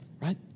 right